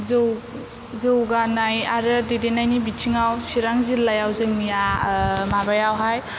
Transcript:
जौगानाय आरो दैदेन्नायनि बिथिङाव चिरां जिल्लायाव जोंनिया माबायावहाय